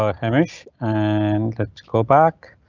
um hamish, and let's go back.